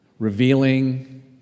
Revealing